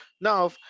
now